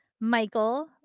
Michael